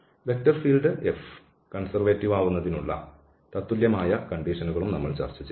vector field F conservative ആവുന്നതിനുള്ള തത്തുല്യമായ കണ്ടീഷനുകളും ചർച്ച ചെയ്തു